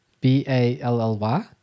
B-A-L-L-Y